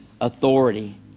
authority